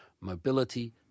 mobility